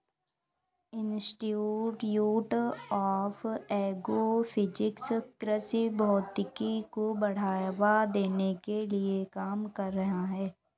institute of agro physics कृषि भौतिकी को बढ़ावा देने के लिए काम कर रहा है